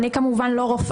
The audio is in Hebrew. אני לא רופאה,